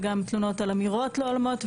וגם תלונות על אמירות לא הולמות,